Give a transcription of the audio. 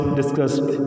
discussed